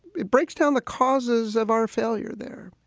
it breaks down the causes of our failure there.